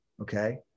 okay